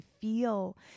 feel